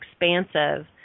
expansive